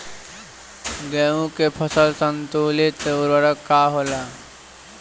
गेहूं के फसल संतुलित उर्वरक का होला?